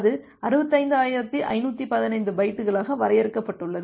அது 65515 பைட்டுகளாக வரையறுக்கப்பட்டுள்ளது